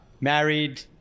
Married